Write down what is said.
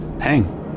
hang